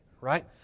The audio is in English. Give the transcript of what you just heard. right